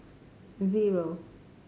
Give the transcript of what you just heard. zero